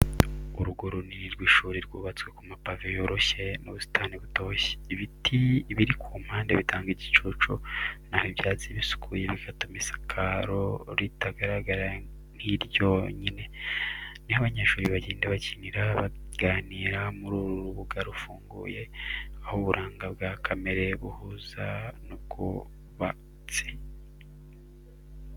Urugo runini rw’ishuri rwubatse ku mapave yoroshye n’ubusitani butoshye. Ibiti biri ku mpande bitanga igicucu, na ho ibyatsi bisukuye bigatuma isakaro ritagaragara nk’iryonyine. Ni ho abanyeshuri bagenda, bakinira, baganira muri uru rubuga rufunguye, aho uburanga bwa kamere buhuza n’ubwubatsi.